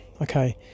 Okay